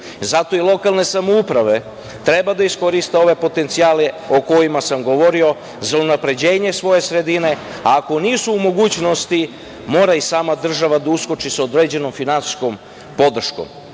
Zato i lokalne samouprave treba da iskoriste ove potencijale o kojima sam govorio za unapređenje svoje sredine, a ako nisu u mogućnosti, mora i sama država da uskoči sa određenom finansijskom podrškom.